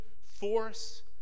force